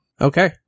Okay